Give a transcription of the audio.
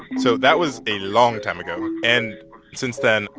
so that was a long time ago. and since then,